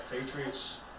Patriots